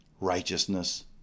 righteousness